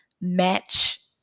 match